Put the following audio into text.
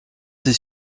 ces